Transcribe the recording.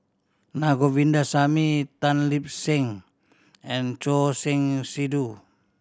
Naa Govindasamy Tan Lip Seng and Choor Singh Sidhu